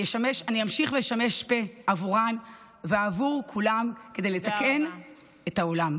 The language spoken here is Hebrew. אני אמשיך ואשמש פה עבורן ועבור כולן כדי לתקן את העולם.